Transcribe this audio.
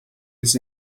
his